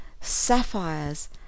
sapphires